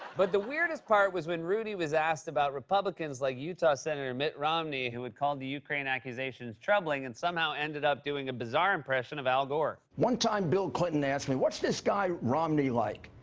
but the weirdest part was when rudy was asked about republicans like utah senator mitt romney, who had called the ukraine accusations troubling, and somehow ended up doing a bizarre impression of al gore. one time, bill clinton asked me, what's this guy romney like?